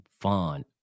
fun